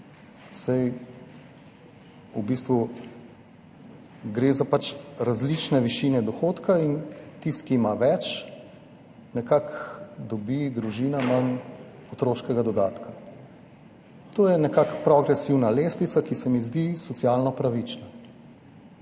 saj v bistvu gre za različne višine dohodka, in tisti, ki ima več, tista družina dobi manj otroškega dodatka. To je nekako progresivna lestvica, ki se mi zdi socialno pravična.